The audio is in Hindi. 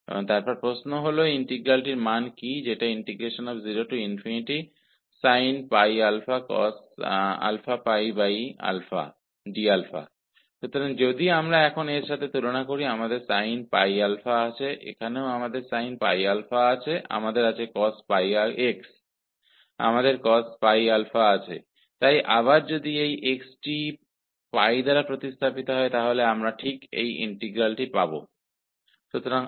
और फिर प्रश्न यह है कि इस इंटीग्रल 0 sin cos d का मान क्या है इसलिए यदि हम अब इसके साथ तुलना करते हैं तो हमारे पास sin πα है यहां भी हमारे पास sin πα है हमारे पास cos πx है हमारे पास cos πα है इसलिए यदि इस x को π द्वारा प्रतिस्थापित किया जाता है तो हमें इस इंटीग्रल का मान प्राप्त होता है